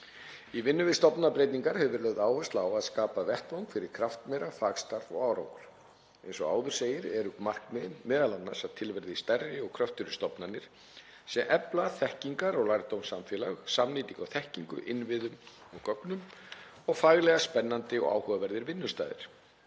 Í vinnu við stofnanabreytingar hefur verið lögð áhersla á að skapa vettvang fyrir kraftmeira fagstarf og árangur. Eins og áður segir eru markmiðin m.a. að til verði stærri og kröftugri stofnanir sem efla þekkingar- og lærdómssamfélag, samnýting á þekkingu, innviðum og gögnum og faglega spennandi og áhugaverðir vinnustaðir.